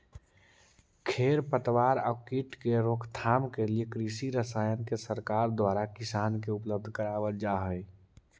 खेर पतवार आउ कीट के रोकथाम के लिए कृषि रसायन के सरकार द्वारा किसान के उपलब्ध करवल जा हई